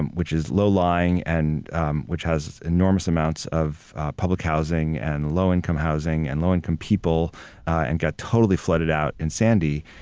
which is low lying and um which has enormous amounts of public housing and low income housing and low income people and got totally flooded out in sandy,